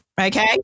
Okay